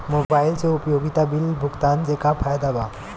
Mobile से उपयोगिता bill भुगतान से का फायदा बा?